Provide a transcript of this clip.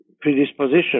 predisposition